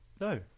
No